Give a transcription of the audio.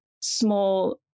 small